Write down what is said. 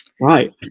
Right